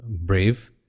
brave